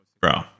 Bro